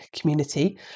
community